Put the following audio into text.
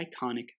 iconic